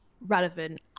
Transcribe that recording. relevant